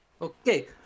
Okay